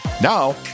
Now